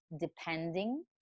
depending